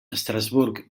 estrasburg